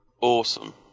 awesome